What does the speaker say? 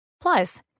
Plus